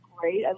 great